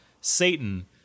Satan